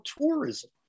tourism